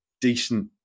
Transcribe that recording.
decent